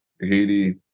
Haiti